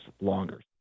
longer